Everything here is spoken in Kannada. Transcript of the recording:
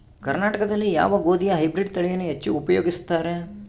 ಕರ್ನಾಟಕದಲ್ಲಿ ಯಾವ ಗೋಧಿಯ ಹೈಬ್ರಿಡ್ ತಳಿಯನ್ನು ಹೆಚ್ಚು ಉಪಯೋಗಿಸುತ್ತಾರೆ?